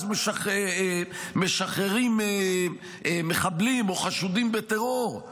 אז משחררים מחבלים או חשודים בטרור,